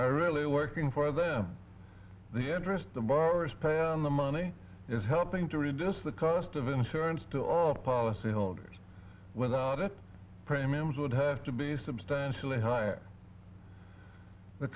i really working for them the address damaris pay the money is helping to reduce the cost of insurance policy holders without it premiums would have to be substantially higher the